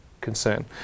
concern